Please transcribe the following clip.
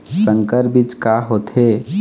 संकर बीज का होथे?